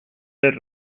del